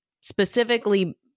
specifically